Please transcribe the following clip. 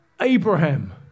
Abraham